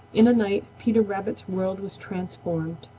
in a night peter rabbit's world was transformed.